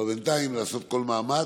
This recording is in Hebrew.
אבל בינתיים לעשות כל מאמץ,